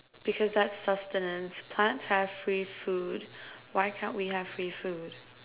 because that's sustenance plants have free food why can't we have free food